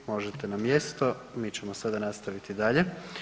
Možete na mjesto, mi ćemo sada nastaviti dalje.